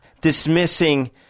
dismissing